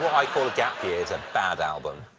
i call a gap year is a bad album.